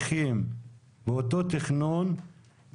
ומצד שני לא רואים תכנון הולם החלטה.